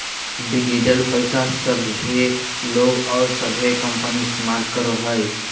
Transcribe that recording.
digital पैसा सभे लोग और सभे कंपनी इस्तमाल करो हइ